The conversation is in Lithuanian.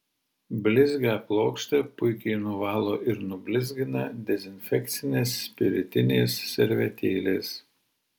blizgią plokštę puikiai nuvalo ir nublizgina dezinfekcinės spiritinės servetėlės